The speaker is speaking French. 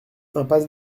impasse